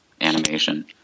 animation